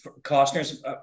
costner's